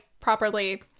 properly